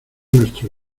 nuestro